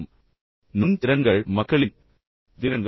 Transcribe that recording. நான் சொன்னது போல் நுண் திறன்கள் மக்களின் திறன்கள்